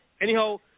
Anyhow